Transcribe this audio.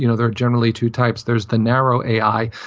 you know there are generally two types. there's the narrow ai.